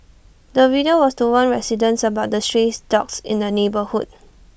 the video was to warn residents about the stray dogs in the neighbourhood